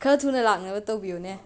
ꯈꯔ ꯊꯨꯅ ꯂꯥꯛꯅꯕ ꯇꯧꯕꯤꯌꯨꯅꯦ